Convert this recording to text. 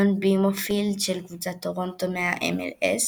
אצטדיון בימו פילד של קבוצת טורונטו מה-MLS,